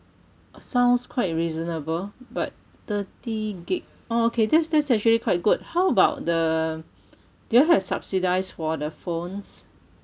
sounds quite reasonable but thirty gig orh okay that's that's actually quite good how about the do you all have subsidise for the phones